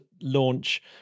launch